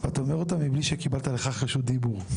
ואתה אומר אותם מבלי שקיבלת לכך רשות דיבור.